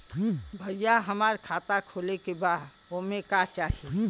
भईया हमार खाता खोले के बा ओमे का चाही?